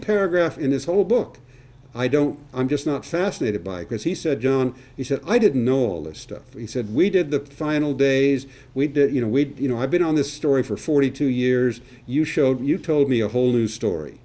paragraph in this whole book i don't i'm just not fascinated by it because he said john he said i didn't know all this stuff he said we did the final days we did you know we'd you know i've been on this story for forty two years you showed you told me a whole new story